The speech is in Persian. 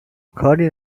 کاری